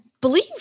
believe